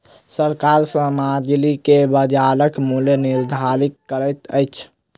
सरकार सामग्री के बजारक मूल्य निर्धारित करैत अछि